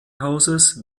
hauses